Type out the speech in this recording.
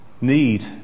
need